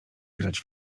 grać